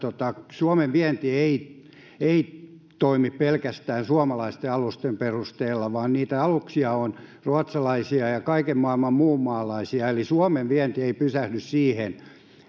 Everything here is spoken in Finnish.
suomen vienti ei ei toimi pelkästään suomalaisten alusten perusteella vaan aluksia on ruotsalaisia ja kaiken maailman muunmaalaisia eli suomen vienti ei pysähdy siihen